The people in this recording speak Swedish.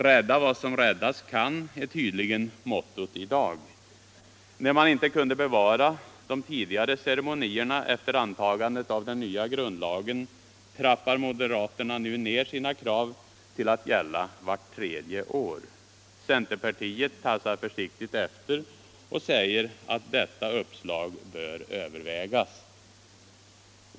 ”Rädda vad som räddas kan” är tydligen mottot i dag. När man efter antagandet av den nya grundlagen inte kunde bevara de tidigare ceremonierna trappar moderaterna nu ner sina krav till att gälla vart tredje år! Centerpartiet tassar försiktigt efter och säger att detta uppslag bör övervägas.